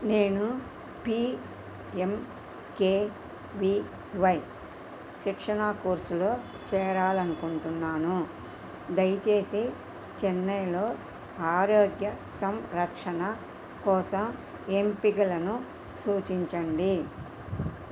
నేను పీఎంకెవివై శిక్షణా కోర్స్లో చేరాలనుకుంటున్నాను దయచేసి చెన్నైలో ఆరోగ్య సంరక్షణ కోసం ఎంపికలను సూచించండి